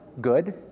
good